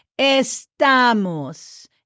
Estamos